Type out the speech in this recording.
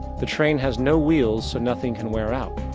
the train has no wheels, so nothing can wear out.